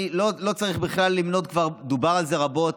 אני לא צריך בכלל למנות, כבר דובר על זה רבות,